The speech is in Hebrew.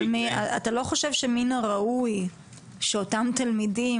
אבל אתה לא חושב שמן הראוי שאותם תלמידים,